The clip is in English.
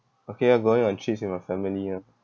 okay orh going on trips with my family orh